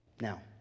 Now